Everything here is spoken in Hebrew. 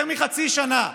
יותר מחצי שנה.